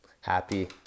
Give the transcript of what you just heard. happy